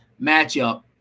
matchup